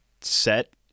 set